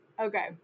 Okay